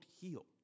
heal